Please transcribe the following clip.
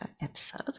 episode